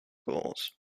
goals